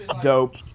dope